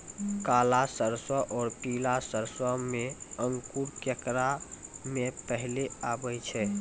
काला सरसो और पीला सरसो मे अंकुर केकरा मे पहले आबै छै?